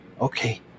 Okay